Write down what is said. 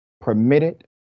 permitted